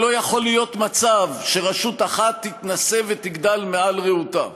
לא יכול להיות מצב שרשות אחת תתנשא ותגדל מעל רעותה,